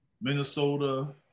minnesota